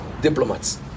diplomats